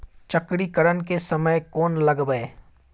चक्रीकरन के समय में कोन लगबै?